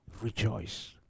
rejoice